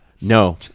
No